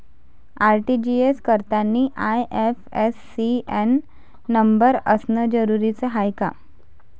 RTGS करतांनी IFSC न number असनं जरुरीच हाय का?